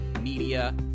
media